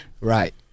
Right